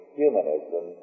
humanism